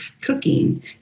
cooking